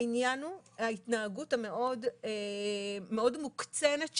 העניין הוא ההתנהגות המאוד-מוקצנת שלה,